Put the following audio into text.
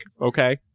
Okay